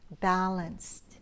balanced